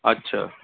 আচ্ছা